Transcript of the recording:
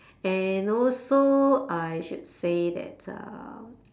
and also I should say that uh